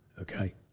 Okay